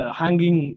hanging